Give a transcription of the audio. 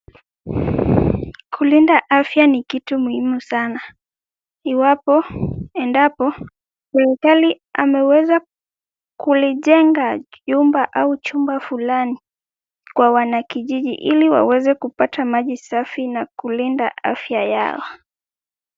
Kulinda afya ni kitu muhimu sana. Iwapo, endapo serikali ameweza kulijenga jumba au chumba fulani kwa wanakijiji, ili waweze kupata maji safi na kulinda afya yao.